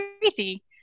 crazy